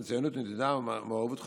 מצוינות, נתינה ומעורבות חברתית.